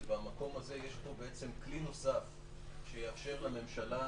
במקום הזה יש כלי נוסף שיאפשר לממשלה,